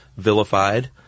vilified